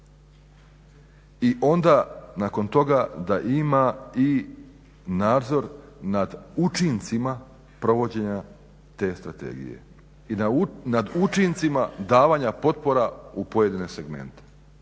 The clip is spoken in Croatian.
i onda nakon toga da ima i nadzor nad učincima provođenja te strategije i nad učincima davanja potpora u pojedine segmente.